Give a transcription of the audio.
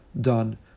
done